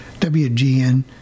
WGN